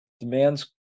demands